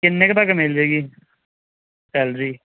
ਕਿੰਨੇ ਕੁ ਤੱਕ ਮਿਲ ਜਾਏਗੀ ਸੈਲਰੀ